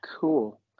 Cool